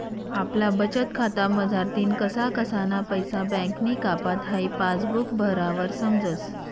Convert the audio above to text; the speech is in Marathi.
आपला बचतखाता मझारतीन कसा कसाना पैसा बँकनी कापात हाई पासबुक भरावर समजस